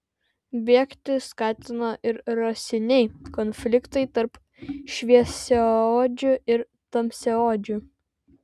bėgti skatino ir rasiniai konfliktai tarp šviesiaodžių ir tamsiaodžių